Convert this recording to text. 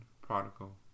prodigal